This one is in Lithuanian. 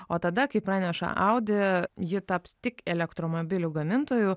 o tada kaip praneša audi ji taps tik elektromobilių gamintoju